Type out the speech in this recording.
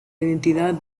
identidad